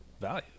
value